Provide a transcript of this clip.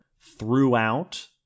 throughout